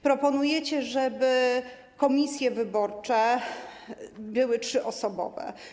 Proponujecie, żeby komisje wyborcze były trzyosobowe.